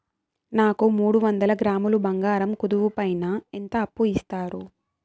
నాకు మూడు వందల గ్రాములు బంగారం కుదువు పైన ఎంత అప్పు ఇస్తారు?